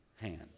hand